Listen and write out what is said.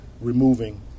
removing